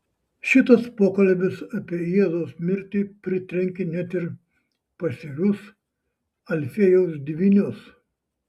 šitas pokalbis apie jėzaus mirtį pritrenkė net ir pasyvius alfiejaus dvynius